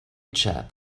chap